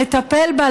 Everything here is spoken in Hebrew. לטפל בה,